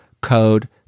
code